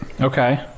Okay